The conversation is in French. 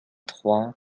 trois